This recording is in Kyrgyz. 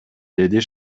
деди